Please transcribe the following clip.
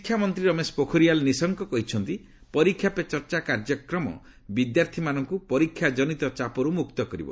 ଶିକ୍ଷାମନ୍ତ୍ରୀ ରମେଶ ପୋଖରିଆଲ ନିଶଙ୍କ କହିଛନ୍ତି ପରୀକ୍ଷା ପେ ଚର୍ଚ୍ଚା କାର୍ଯ୍ୟକ୍ରମ ବିଦ୍ୟାର୍ଥୀମାନଙ୍କୁ ପରୀକ୍ଷାଜନିତ ଚାପରୁ ମୁକ୍ତ କରିବ